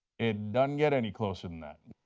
it doesn't get any closer than that.